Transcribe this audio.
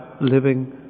living